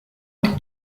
und